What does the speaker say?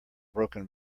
broken